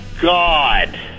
God